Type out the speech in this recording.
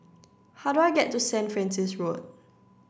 how do I get to Saint Francis Road